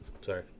Sorry